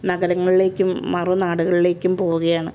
നഗരങ്ങളിലേക്കും മറുനാടുകളിലേക്കും പോവുകയാണ്